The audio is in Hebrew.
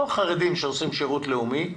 אותם חרדים שעושים שירות לאומי,